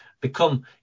become